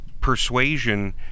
persuasion